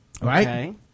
right